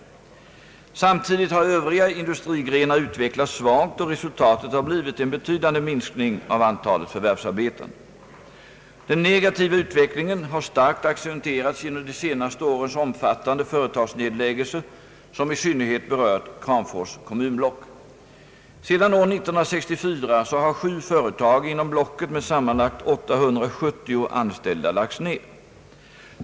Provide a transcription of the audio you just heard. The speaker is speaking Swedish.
Samtidigt har övriga industrigrenar utvecklats svagt och resultatet har blivit en betydande minskning av antalet förvärvsarbetande. Den negativa utvecklingen har starkt accentuerats genom de senaste årens omfattande företagsnedläggelser som i synnerhet berört Kramfors kommunblock. Sedan år 1964 har sju företag inom blocket med sammanlagt 870 anställda lagts ner.